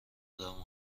ادمها